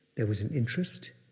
there was an interest.